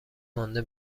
مانده